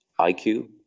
IQ